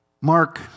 Mark